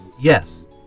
Yes